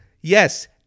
yes